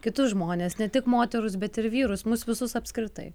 kitus žmones ne tik moterus bet ir vyrus mus visus apskritai